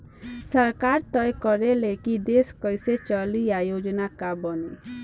सरकार तय करे ले की देश कइसे चली आ योजना का बनी